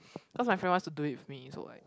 cause my friend wants to do it with me so like